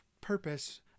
purpose